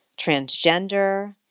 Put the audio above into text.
transgender